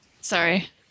Sorry